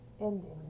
ending